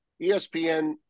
ESPN